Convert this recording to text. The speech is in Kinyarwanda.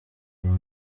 kuwa